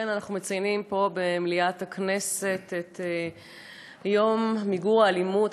אנחנו מציינים פה במליאת הכנסת את יום מיגור האלימות,